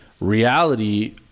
Reality